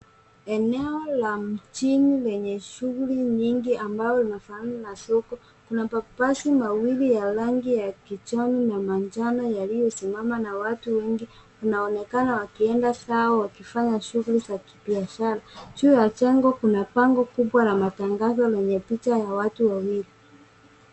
Enao la mjini lenye shughuli nyingi ambao inafanana na soko. Kuna mabasi mawili ya rangi ya kijani na njano yaliyosimama, na watu wengi wanaonekana wakienda zao wakifanya shughuli za kibiashara. Juu ya jengo kuna bango kubwa la matangazo lenye picha ya watu wawili.